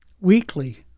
weekly